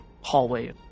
hallway